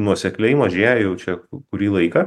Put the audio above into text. nuosekliai mažėja jau čia kurį laiką